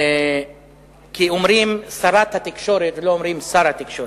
כי אומרים שרת התקשורת, ולא אומרים שר התקשורת,